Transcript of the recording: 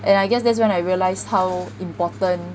and I guess that's when I realised how important